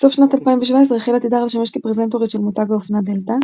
בסוף שנת 2017 החלה תדהר לשמש כפרזנטורית של מותג האופנה "דלתא".